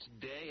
today